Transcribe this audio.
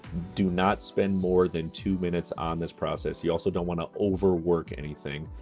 do not spend more than two minutes on this process. you also don't wanna overwork anything.